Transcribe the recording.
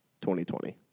2020